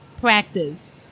practice